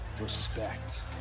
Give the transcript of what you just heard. respect